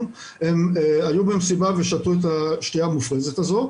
הם היו במסיבה ושתו את השתייה המופרזת הזאת.